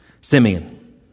Simeon